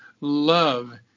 love